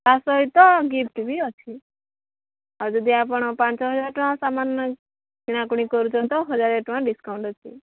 ତା ସହିତ ଗିଫ୍ଟ୍ ବି ଅଛି ଆଉ ଯଦି ଆପଣ ପାଞ୍ଚ ହଜାର ଟଙ୍କା ସାମାନ୍ ନେଇ କିଣାକିଣି କରୁଛନ୍ତି ତ ହଜାର ଟଙ୍କା ଡିସ୍କାଉଣ୍ଟ ଅଛି